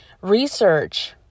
Research